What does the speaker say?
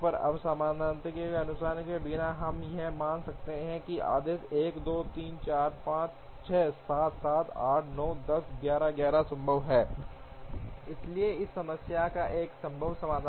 अब सामान्यता के नुकसान के बिना हम यह मान सकते हैं कि आदेश 1 2 3 4 5 6 7 7 8 9 10 11 संभव है इसलिए इस समस्या का एक संभव समाधान है